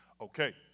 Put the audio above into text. okay